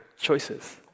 choices